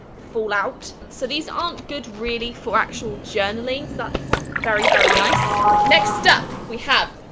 fall out so these aren't good really for actual journaling. so that's very very nice. next up, we have.